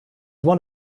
one